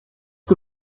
que